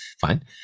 fine